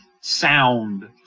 sound